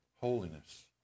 holiness